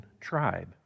tribe